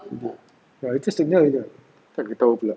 tersengih jer tak ketawa pula